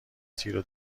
تیرو